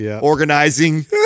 organizing